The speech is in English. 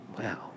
Wow